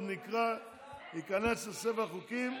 וייכנס לספר החוקים.